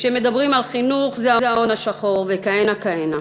כשמדברים על חינוך, זה ההון השחור, וכהנה וכהנה.